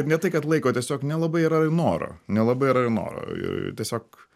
ne tai kad laiko tiesiog nelabai yra noro nelabai yra ir noro tiesiog